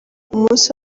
umunsi